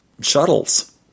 shuttles